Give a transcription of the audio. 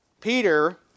Peter